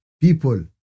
people